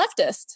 leftist